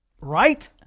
Right